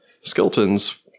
Skeletons